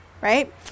right